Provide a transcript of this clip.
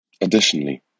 Additionally